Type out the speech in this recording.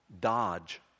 dodge